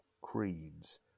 creeds